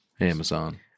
Amazon